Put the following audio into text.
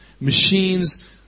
machines